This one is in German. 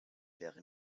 wäre